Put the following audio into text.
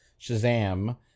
Shazam